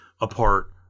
apart